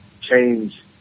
change